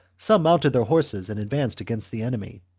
some mounted their horses and advanced against the enemy,